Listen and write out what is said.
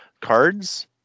cards